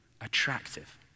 attractive